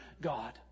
God